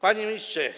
Panie Ministrze!